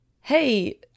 hey